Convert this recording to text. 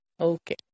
Okay